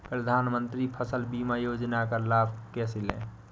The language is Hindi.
प्रधानमंत्री फसल बीमा योजना का लाभ कैसे लें?